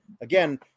again